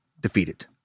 defeated